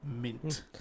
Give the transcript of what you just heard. mint